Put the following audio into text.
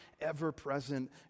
ever-present